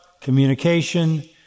communication